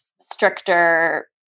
stricter